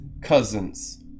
cousins